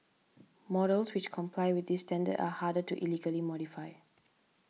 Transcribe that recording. models which comply with this standard are harder to illegally modify